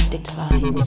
decline